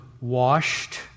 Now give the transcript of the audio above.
washed